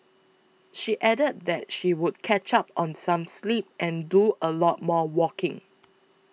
she added that she would catch up on some sleep and do a lot more walking